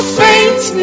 faint